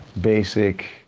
basic